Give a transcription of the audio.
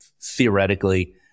theoretically